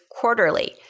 quarterly